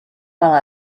while